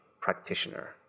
practitioner